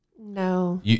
No